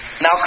now